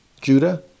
Judah